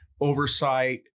oversight